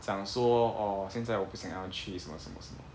想说哦现在我不想要去什么什么什么